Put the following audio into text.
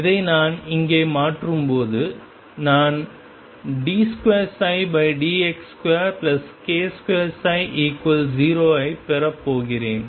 இதை நான் இங்கே மாற்றும்போது நான் d2dx2k2ψ0 ஐப் பெறப் போகிறேன்